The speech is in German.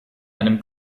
einem